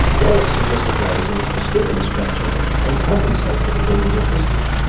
wallis suggested ways in which to stiffen the structure and compensate for the bending and twisting.